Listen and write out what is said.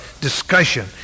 discussion